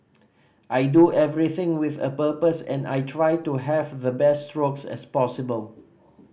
I do everything with a purpose and I try to have the best strokes as possible